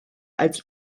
als